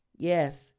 Yes